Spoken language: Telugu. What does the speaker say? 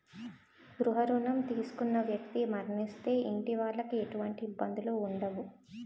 గృహ రుణం తీసుకున్న వ్యక్తి మరణిస్తే ఇంటి వాళ్లకి ఎటువంటి ఇబ్బందులు ఉండవు